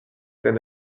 than